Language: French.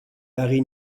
larry